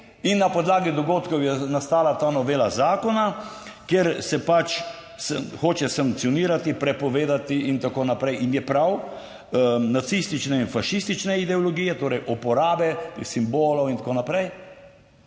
in na podlagi dogodkov je nastala ta novela zakona, kjer se pač hoče sankcionirati, prepovedati in tako naprej - in je prav - nacistične in fašistične ideologije, torej uporabe simbolov in tako naprej,